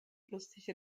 lustige